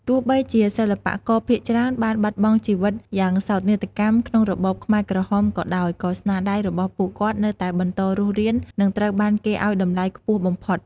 ទោះបីជាសិល្បករភាគច្រើនបានបាត់បង់ជីវិតយ៉ាងសោកនាដកម្មក្នុងរបបខ្មែរក្រហមក៏ដោយ ក៏ស្នាដៃរបស់ពួកគាត់នៅតែបន្តរស់រាន និងត្រូវបានគេឱ្យតម្លៃខ្ពស់បំផុត។